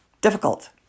difficult